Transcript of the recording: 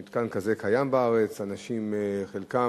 מתקן כזה קיים בארץ, אנשים בחלקם